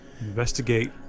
Investigate